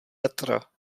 metra